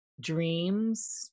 dreams